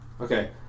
Okay